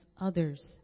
others